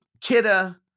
Kidda